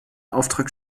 auftrag